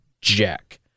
Jack